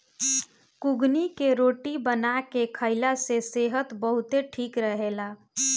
कुगनी के रोटी बना के खाईला से सेहत बहुते ठीक रहेला